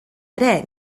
ere